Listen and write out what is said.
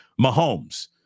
Mahomes